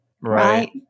right